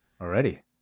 already